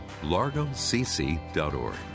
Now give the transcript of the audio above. largocc.org